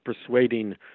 persuading